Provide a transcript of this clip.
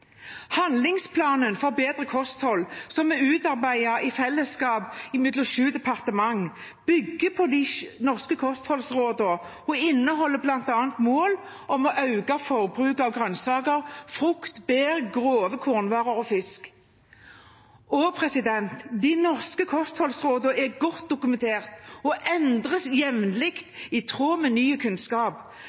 Handlingsplanen for bedre kosthold, som er utarbeidet i fellesskap mellom sju departementer, bygger på de norske kostholdsrådene og inneholder bl.a. mål om å øke forbruket av grønnsaker, frukt, bær, grove kornvarer og fisk. De norske kostholdsrådene er godt dokumentert og endres jevnlig i tråd med ny kunnskap.